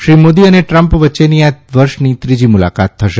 શ્રી મોદી અને ટ્રમ્પ વચ્ચેની આ વર્ષની ત્રીજી મુલાકાત થશે